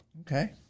Okay